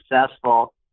successful